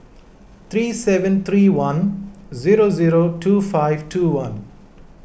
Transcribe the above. three seven three one zero zero two five two one